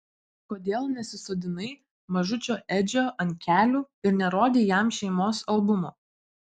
kodėl nesisodinai mažučio edžio ant kelių ir nerodei jam šeimos albumo